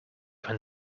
when